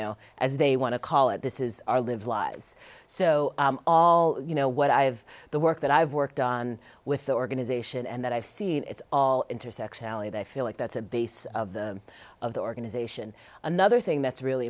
know as they want to call it this is our live lives so all you know what i have the work that i've worked on with the organization and that i've seen it's all intersectionality they feel like that's a base of the organization another thing that's really